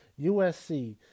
USC